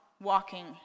walking